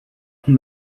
from